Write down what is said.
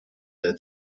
the